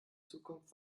zukunft